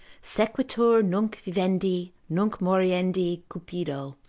sequitur nunc vivendi, nunc moriendi cupido,